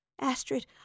Astrid